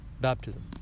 Baptism